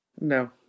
No